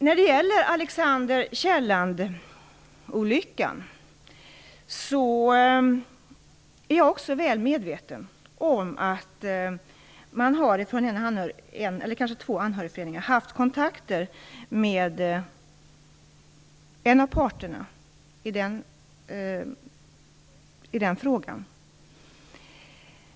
Jag är väl medveten om att man från en eller två anhörigföreningar har haft kontakter med en av parterna i Alexander Kielland-olyckan.